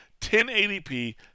1080p